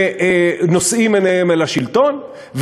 ונושאים עיניהם אל השלטון,